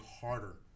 harder